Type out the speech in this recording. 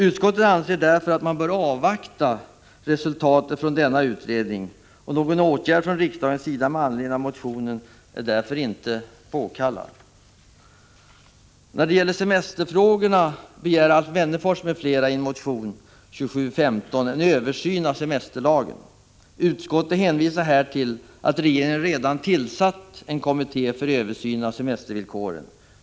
Utskottet anser att man därför bör avvakta resultatet från denna utredning. Någon åtgärd från riksdagens sida med anledning av motionen är därför inte påkallad. När det gäller semesterfrågor begär Alf Wennerfors m.fl. i motion 2715 en översyn av semesterlagen. Utskottet hänvisar till att regeringen redan tillsatt en kommitté för översyn av semestervillkoren.